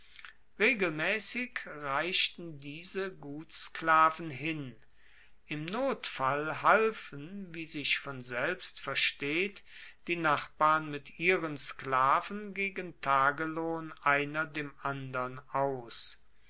regelmaessig reichten diese gutssklaven hin im notfall halfen wie sich von selbst versteht die nachbarn mit ihren sklaven gegen tagelohn einer dem andern aus